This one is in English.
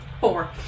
Four